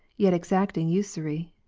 yet exacting usury.